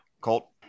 Colt